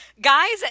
guys